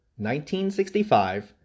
1965